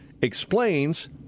explains